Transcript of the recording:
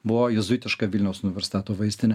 buvo jėzuitiška vilniaus universiteto vaistinė